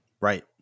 Right